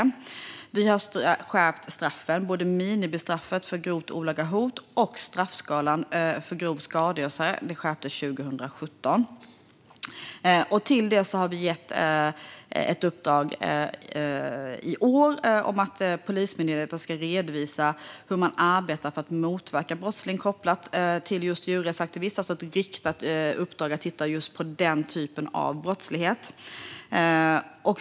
År 2017 skärpte vi även både minimistraffet för grovt olaga hot och straffskalan för grov skadegörelse. Till detta har vi i år gett ett uppdrag till Polismyndigheten att redovisa hur man arbetar för att motverka brottslighet kopplad just till djurrättsaktivism. Det är alltså ett riktat uppdrag att titta just på den typen av brottslighet.